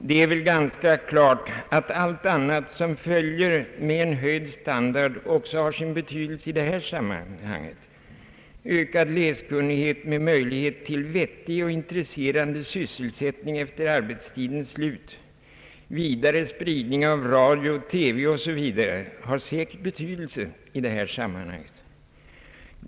Det är väl ganska klart att allt annat som följer med en höjd standard också har sin betydelse i det här sammanhanget: ökad läskunnighet med möjlighet till vettig och intresserande sysselsättning efter arbetstidens slut, vidare ökad spridning av radio och TV m. m,. — allt detta har säkert betydelse i sammanhanget.